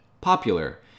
popular